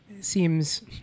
seems